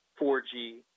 4G